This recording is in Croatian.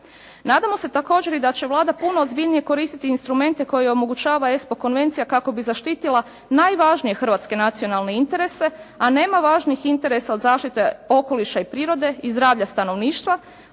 Nadamo se također i da će Vlada puno ozbiljnije koristiti instrumente koje omogućava Espo konvencija kako bi zaštitila najvažnije hrvatske nacionalne interese, a nema važnijih interesa od zaštite okoliša i prirode i zdravlja stanovništva,